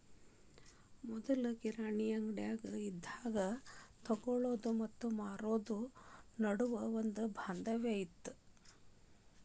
ಮೊದ್ಲು ಕಿರಾಣಿ ಅಂಗ್ಡಿ ಇದ್ದಾಗ ತೊಗೊಳಾವ್ರು ಮತ್ತ ಮಾರಾವ್ರು ನಡುವ ಒಂದ ಬಾಂಧವ್ಯ ಇತ್ತ